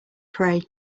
pray